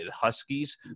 Huskies